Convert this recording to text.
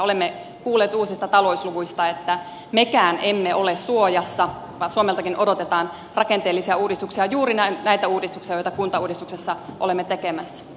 olemme kuulleet uusista talousluvuista että mekään emme ole suojassa vaan suomeltakin odotetaan rakenteellisia uudistuksia juuri näitä uudistuksia joita kuntauudistuksessa olemme tekemässä